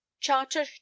charter